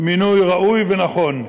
מינוי ראוי ונכון.